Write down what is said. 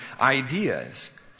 ideas